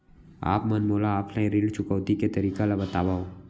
आप मन मोला ऑफलाइन ऋण चुकौती के तरीका ल बतावव?